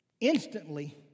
instantly